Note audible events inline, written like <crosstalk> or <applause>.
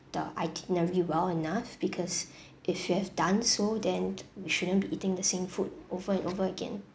the itinerary well enough because <breath> if you have done so then we shouldn't be eating the same food over and over again